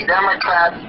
Democrat